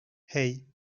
hey